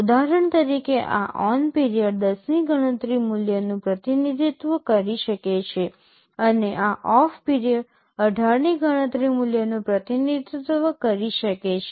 ઉદાહરણ તરીકે આ ઓન્ પીરિયડ 10 ની ગણતરી મૂલ્યનું પ્રતિનિધિત્વ કરી શકે છે અને આ ઓફ પીરિયડ 18 ની ગણતરી મૂલ્યનું પ્રતિનિધિત્વ કરી શકે છે